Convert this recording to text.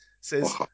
Says